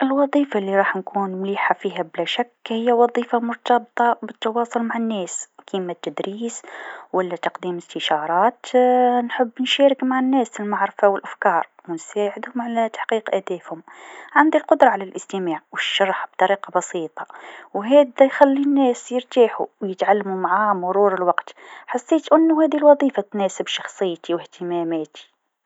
الوظيفه لراح نكون مليحه فيها بلا شك هي وظيفه مرتبطه بالتواصل مع الناس كيما التدريس و لا تقديم إستشارات، نحب نشارك مع الناس المعرفه و الأفكار و نساعدهم على تحقيق أهدافهم، عندي القدره على الإستماع و الشرح بطريقه بسيطه و هذا يخلي للناس يرتاحو و يتعلمو مع مرور الوقت ،حسيت أنو هاذي الوظيفه تناسب شخصيتي و إهتماماتي.